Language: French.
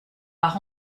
par